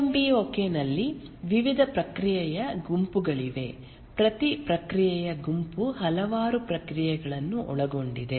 PM B OK ನಲ್ಲಿ ವಿವಿಧ ಪ್ರಕ್ರಿಯೆಯ ಗುಂಪುಗಳಿವೆ ಪ್ರತಿ ಪ್ರಕ್ರಿಯೆಯ ಗುಂಪು ಹಲವಾರು ಪ್ರಕ್ರಿಯೆಗಳನ್ನು ಒಳಗೊಂಡಿದೆ